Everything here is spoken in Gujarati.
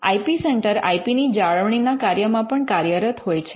I P centre I P ની જાળવણીના કાર્યમાં પણ કાર્યરત હોય છે